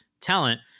talent